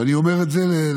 אני אומר את זה חד-משמעית,